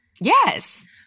Yes